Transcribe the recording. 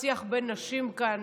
שיח בין נשים כאן,